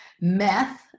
meth